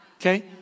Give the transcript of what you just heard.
Okay